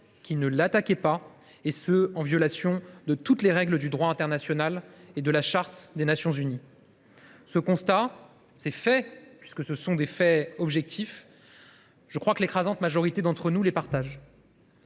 qui ne l’attaquait pas, en violation de toutes les règles du droit international et de la Charte des Nations unies. Ce constat, ces faits – il s’agit bien de faits objectifs –, l’écrasante majorité d’entre nous les partage.